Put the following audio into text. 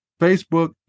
Facebook